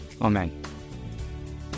Amen